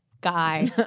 guy